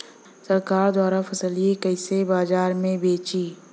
सरकार द्वारा फसलिया कईसे बाजार में बेचाई?